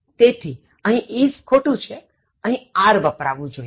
તેથી અહીં 'is' ખોટું છે અહીં 'are' વપરાવું જોઇએ